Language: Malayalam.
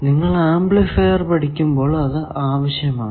നിങ്ങൾ ആംപ്ലിഫൈർ പഠിക്കുമ്പോൾ അത് ആവശ്യമാണ്